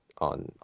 on